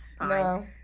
No